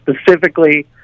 specifically